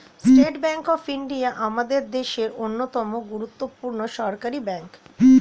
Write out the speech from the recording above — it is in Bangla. স্টেট ব্যাঙ্ক অফ ইন্ডিয়া আমাদের দেশের অন্যতম গুরুত্বপূর্ণ সরকারি ব্যাঙ্ক